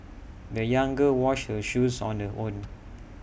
the young girl washed her shoes on her own